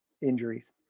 injuries